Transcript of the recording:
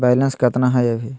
Balance केतना हय अभी?